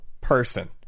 person